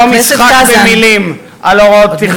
מאוימת, מפוחדת מחודשים של דקירות, אבנים, דריסות